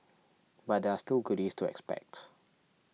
but there are still goodies to expect